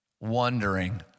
wondering